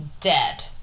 dead